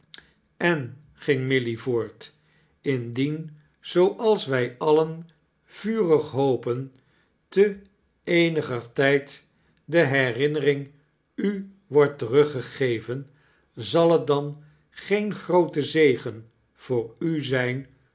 en ging milly voort indien zooals wij alien vurig hopen te eeniger tijd de hermnering u wordt teruggegeven zal t dan geen groote zegen voor u zijn